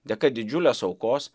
dėka didžiulės aukos